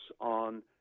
on